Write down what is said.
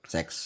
Sex